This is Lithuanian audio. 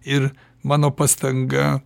ir mano pastanga